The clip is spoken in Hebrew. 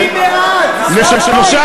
אני רק מקריא.